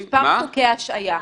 יש מספר חוקי השעיה.